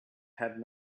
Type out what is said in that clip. had